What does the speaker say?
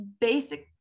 basic